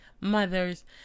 mothers